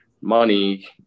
money